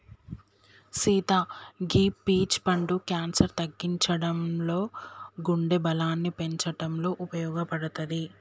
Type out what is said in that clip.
సీత గీ పీచ్ పండు క్యాన్సర్ తగ్గించడంలో గుండె బలాన్ని పెంచటంలో ఉపయోపడుతది